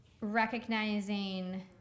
recognizing